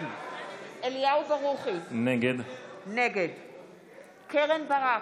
אליהו ברוכי, נגד קרן ברק,